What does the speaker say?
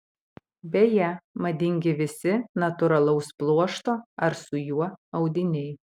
beje madingi visi natūralaus pluošto ar su juo audiniai